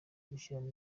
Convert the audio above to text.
gushyiramo